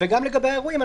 גם לגבי האירועים,